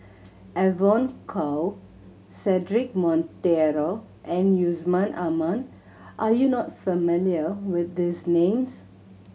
Evon Kow Cedric Monteiro and Yusman Aman are you not familiar with these names